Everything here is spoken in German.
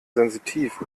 sensitiv